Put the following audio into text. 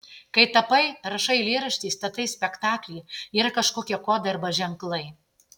kai tapai rašai eilėraštį statai spektaklį yra kažkokie kodai arba ženklai